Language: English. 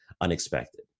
unexpected